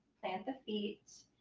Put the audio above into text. plant the feet.